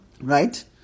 Right